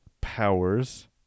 powers